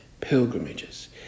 pilgrimages